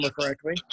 correctly